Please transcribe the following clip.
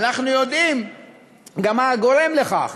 אנחנו יודעים גם מה הגורם לכך,